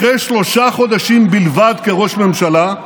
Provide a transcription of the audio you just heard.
אחרי שלושה חודשים בלבד כראש ממשלה,